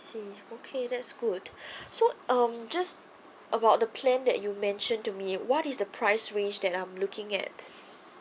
okay that's good so um just about the plan that you mentioned to me what is the price range that I'm looking at